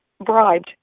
bribed